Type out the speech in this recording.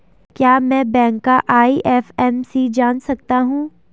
क्या मैं बैंक का आई.एफ.एम.सी जान सकता हूँ?